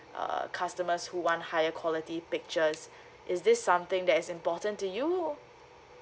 err customers who want higher quality pictures is this something that is important to you